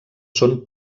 són